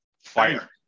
fire